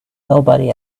nobody